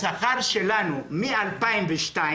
השכר שלנו מ-2002,